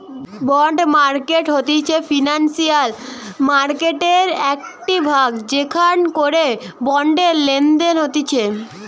bond market হতিছে financial মার্কেটের একটিই ভাগ যেখান করে বন্ডের লেনদেন হতিছে